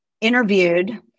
interviewed